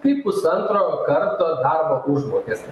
kaip pusantro karto darbo užmokestį